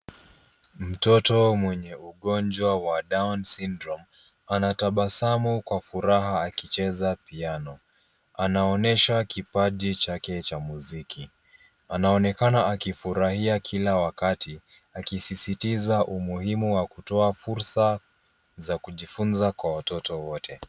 Mtoto mwenye ugonjwa wa Downs' syndrome, anatabasamu kwa furaha akicheza piano . Anaonyesha kipaji chake cha muziki, anaonekana akifurahia kila wakati, akisisitiza umuhimu wa kutoa fursa za kujifunza kwa watoto wote.